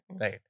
Right